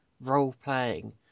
role-playing